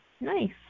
nice